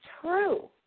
true